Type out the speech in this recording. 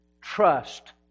trust